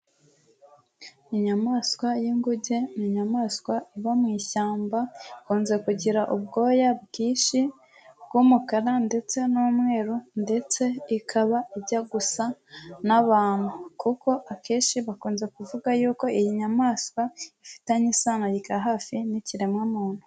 Inyamaswa y'inguge ni inyamaswa iba mu ishyamba, ikunze kugira ubwoya bwinshi bw'umukara ndetse n'umweru, ndetse ikaba ijya gusa n'abantu; kuko akenshi bakunze kuvuga y'uko iyi nyamaswa ifitanye isano rya hafi n'ikiremwamuntu.